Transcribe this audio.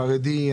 חרדי,